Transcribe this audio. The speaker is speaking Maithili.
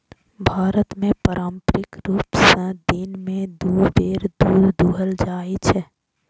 भारत मे पारंपरिक रूप सं दिन मे दू बेर दूध दुहल जाइ छै